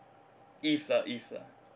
if lah if lah